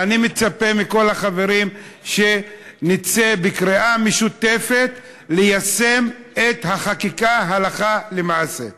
ואני מצפה מכל החברים שנצא בקריאה משותפת ליישם את החקיקה הלכה למעשה.